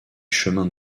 chemins